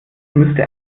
müsste